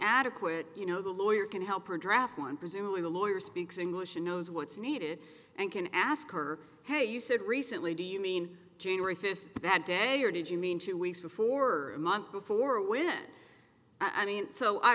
adequate you know the lawyer can help or draft one presumably the lawyer speaks english and knows what's needed and can ask her hey you said recently do you mean january fifth that day or did you mean two weeks before month before when i mean so i